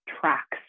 tracks